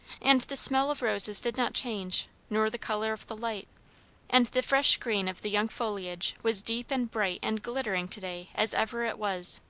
and the smell of roses did not change, nor the colour of the light and the fresh green of the young foliage was deep and bright and glittering to-day as ever it was.